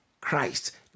Christ